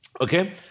Okay